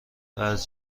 واز